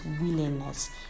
willingness